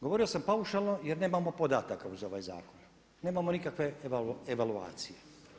Govorio sam paušalno jer nemamo podataka uz ovaj zakon, nemamo nikakve evaluacije.